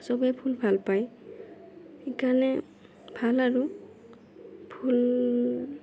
চবে ফুল ভাল পাই সেইকাৰণে ভাল আৰু ফুল